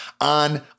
on